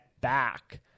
back